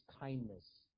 kindness